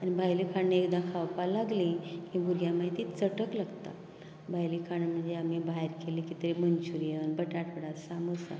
आनी भायली खाणां एकदां खावपाक लागली की भुरग्यांक मागीर ती चटक लागता भायली खाणां मागीर आमी भायर केल्ली कितें मंन्च्युरीयन बटाटवडा सामूसा